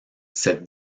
cette